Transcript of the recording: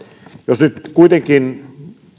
jos nyt kuitenkin